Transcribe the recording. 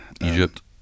Egypt